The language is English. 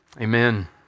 Amen